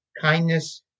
Kindness